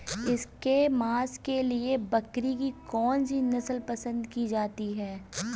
इसके मांस के लिए बकरी की कौन सी नस्ल पसंद की जाती है?